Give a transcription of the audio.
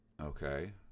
Okay